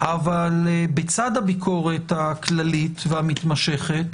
אבל בצד הביקורת הכללית והמתמשכת